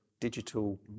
digital